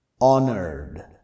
Honored